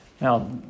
Now